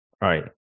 Right